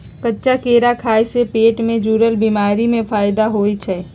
कच्चा केरा खाय से पेट से जुरल बीमारी में फायदा होई छई